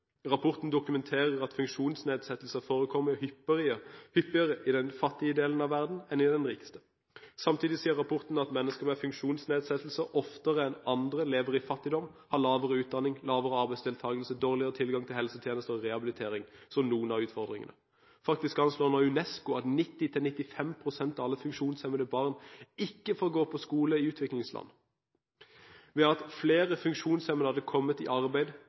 Rapporten dokumenterer at funksjonsnedsettelser forekommer hyppigere i den fattige delen av verden enn i den rikeste. Samtidig sier rapporten at mennesker med funksjonsnedsettelser oftere enn andre lever i fattigdom, har lavere utdanning, lavere arbeidsdeltakelse og dårligere tilgang til helsetjenester og rehabilitering, som noen av utfordringene. Faktisk anslår nå UNESCO at 90–95 pst. av alle funksjonshemmede barn i utviklingsland ikke får gå på skole. Ved at flere funksjonshemmede hadde kommet i arbeid,